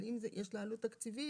אבל אם יש לה עלות תקציבית